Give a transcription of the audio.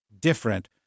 different